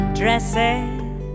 dresses